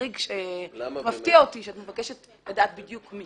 מפתיע אותי שאת מבקשת לדעת בדיוק מי.